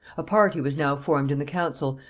a party was now formed in the council,